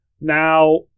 Now